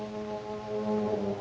oh